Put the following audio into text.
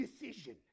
decision